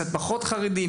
קצת פחות חרדי,